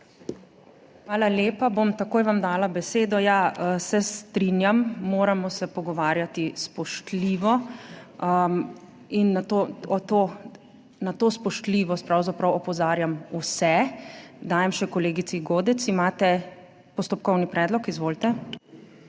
Hvala lepa. Takoj vam bom dala besedo. Se strinjam, moramo se pogovarjati spoštljivo. Na to spoštljivost pravzaprav opozarjam vse. [Besedo] dajem še kolegici Godec. Imate postopkovni predlog? Izvolite.